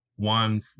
One